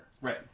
Right